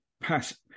pass